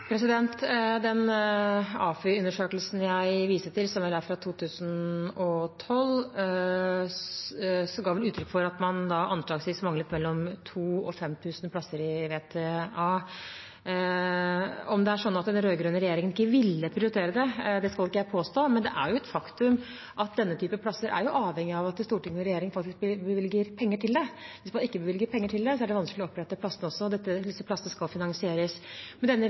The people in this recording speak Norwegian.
Den AFI-undersøkelsen jeg viste til fra 2012, ga vel uttrykk for at man anslagsvis manglet 2 000–5 000 plasser i VTA. At den rød-grønne regjeringen ikke ville prioritere det, skal ikke jeg påstå, men det er et faktum at denne typen plasser er avhengig av at storting og regjering faktisk bevilger penger. Hvis man ikke bevilger penger til det, er det vanskelig å opprette plassene, de skal jo finansieres. Denne regjeringen har en tydelig ambisjon og viser også en klar vilje til å prioritere dette ved at vi i vår periode har oppjustert dette med